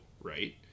right